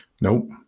nope